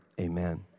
amen